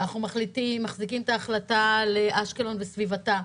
אנחנו מחזיקים את ההחלטה לאשקלון וסביבתה.